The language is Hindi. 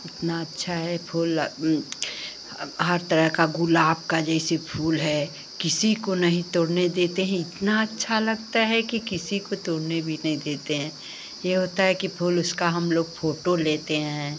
इतना अच्छा है फूल लग हर तरह का गुलाब का जैसे फूल है किसी को नहीं तोड़ने देते हैं इतना अच्छा लगता है कि किसी को तोड़ने भी नहीं देते हैं यह होता है कि फूल उसका हम लोग फ़ोटो लेते हैं